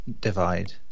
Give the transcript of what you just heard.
divide